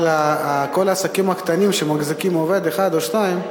אבל כל העסקים הקטנים שמחזיקים עובד אחד או שניים,